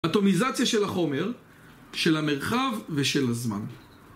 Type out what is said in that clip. אטומיזציה של החומר, של המרחב ושל הזמן